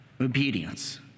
obedience